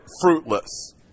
fruitless